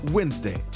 Wednesday